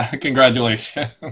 Congratulations